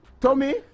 Tommy